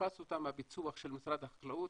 תפס אותם הפיצוח של משרד החקלאות,